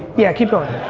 yeah keep going.